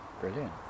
Brilliant